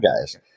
guys